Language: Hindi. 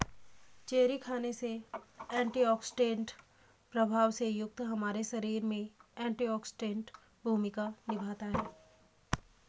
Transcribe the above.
चेरी खाने से एंटीऑक्सीडेंट प्रभाव से युक्त हमारे शरीर में एंटीऑक्सीडेंट भूमिका निभाता है